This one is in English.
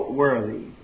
worthy